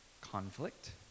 conflict